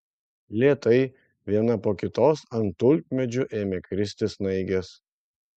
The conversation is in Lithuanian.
lėtai viena po kitos ant tulpmedžių ėmė kristi snaigės